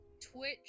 Twitch